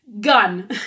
gun